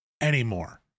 anymore